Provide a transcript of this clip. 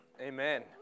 Amen